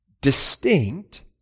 distinct